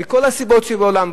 מכל הסיבות שבעולם,